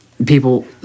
People